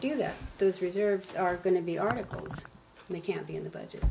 do that those reserves are going to be articles and they can't be in the budget